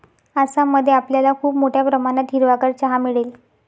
आसाम मध्ये आपल्याला खूप मोठ्या प्रमाणात हिरवागार चहा मिळेल